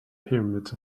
pyramids